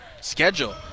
schedule